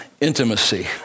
intimacy